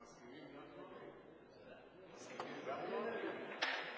מסכימים גם נואמים?